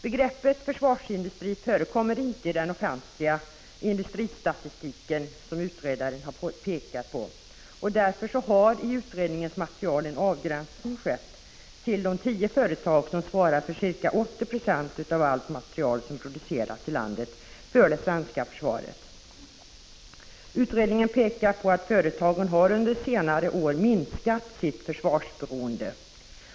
Begreppet försvarsindustri förekommer inte i den offentliga industristatistiken — det har utredningen pekat på — och därför har man i utredningsmaterialet gjort en avgränsning och behandlar endast de tio företag som svarar för ca 80 26 av all den materiel som produceras i landet och som är avsedd för det svenska försvaret. Vidare framgår det av utredningen att företagen under senare år har minskat sitt försvarsberoende.